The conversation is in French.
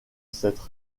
cette